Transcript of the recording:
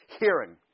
hearing